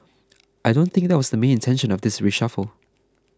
I don't think that was the main intention of this reshuffle